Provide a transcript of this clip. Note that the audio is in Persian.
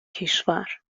کشور